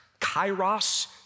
kairos